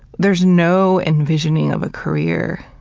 there's no envisioning of a career.